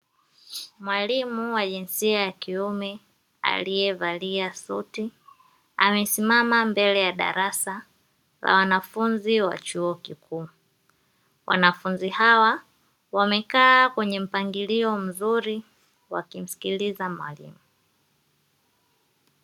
Mwalimu wa jinsia ya kiume aliyevalia suti amesimama mbele ya darasa la wanafunzi wa chuo kikuu, wanafunzi hawa wamekaa kwenye mpangilio mzuri wakimsikiliza mwalimu.